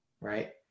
right